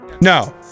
No